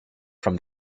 from